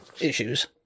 issues